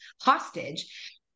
hostage